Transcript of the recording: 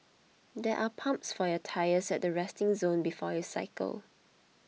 there are pumps for your tyres at the resting zone before you cycle